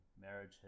marriage